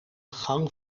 gang